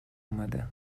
اومده